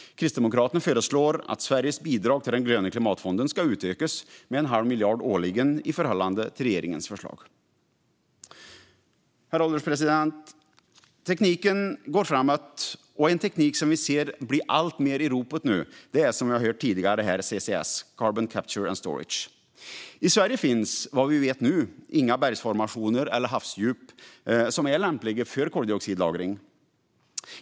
Kristdemokraterna föreslår att Sveriges bidrag till den gröna klimatfonden ska utökas med en halv miljard årligen i förhållande till regeringens förslag. Herr ålderspresident! Tekniken går framåt, och en teknik som vi ser blir alltmer i ropet nu är, som vi har hört här tidigare, CCS, Carbon Capture and Storage. I Sverige finns vad vi vet nu inga bergsformationer eller havsdjup som är lämpliga för koldioxidlagring.